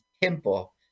pimple